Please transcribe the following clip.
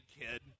kid